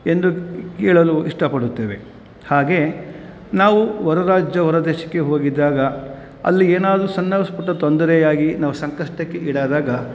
ಎಂದು ಕೇಳಲು ಇಷ್ಟಪಡುತ್ತೇವೆ ಹಾಗೇ ನಾವು ಹೊರ ರಾಜ್ಯ ಹೊರ ದೇಶಕ್ಕೆ ಹೋಗಿದ್ದಾಗ ಅಲ್ಲಿ ಏನಾದರೂ ಸಣ್ಣ ಸ್ ಪುಟ್ಟ ತೊಂದರೆಯಾಗಿ ನಾವು ಸಂಕಷ್ಟಕ್ಕೆ ಈಡಾದಾಗ